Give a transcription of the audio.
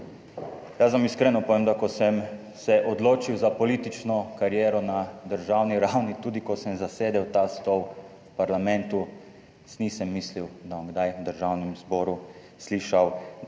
Jaz vam iskreno povem, da ko sem se odločil za politično kariero na državni ravni, tudi ko sem zasedel ta stol v parlamentu, si nisem mislil, da bom kdaj v Državnem zboru slišal